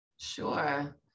Sure